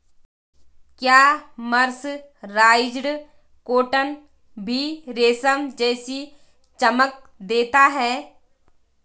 क्या mercerised cotton भी रेशम जैसी चमक देता है?